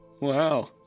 Wow